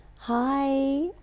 hi